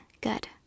Good